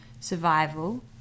survival